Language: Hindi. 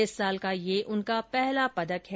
इस साल का यह उनका पहला पदक है